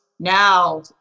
Now